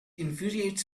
infuriates